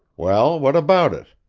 well, what about it?